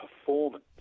performance